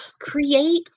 create